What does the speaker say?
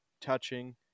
touching